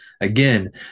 Again